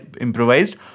improvised